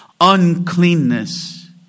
uncleanness